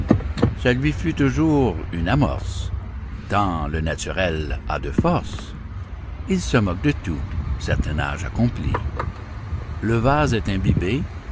ce lui fut toujours une amorce tant le naturel a de force il se moque de tout certain âge accompli le vase est imbibé